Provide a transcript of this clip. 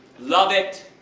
love it!